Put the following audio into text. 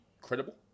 credible